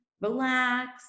relax